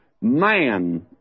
man